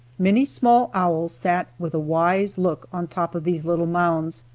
many small owls sat with a wise look on top of these little mounds,